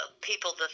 people